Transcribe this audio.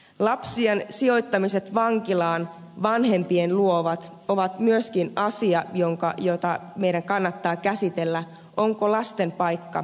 lapsien sijoittamiset vankilaan vanhempien luo on myöskin asia jota meidän kannattaa käsitellä onko lasten paikka vankilassa